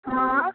हँ